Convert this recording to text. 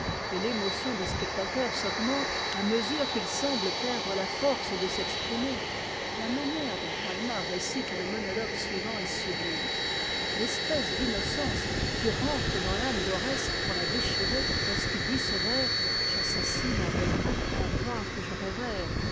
et l'émotion des spectateurs s'augmente à mesure qu'il semble perdre la force de s'exprimer la manière donttalma récite le monologue suivant est sublime l'espèce d'innocence qui rentre dans l'âme d'oreste pour la déchirer lorsqu'il dit ce vers j'assassine à regret un roi que je révère